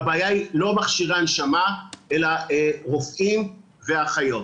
הבעיה היא לא מכשירי הנשמה אלא רופאים ואחיות.